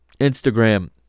Instagram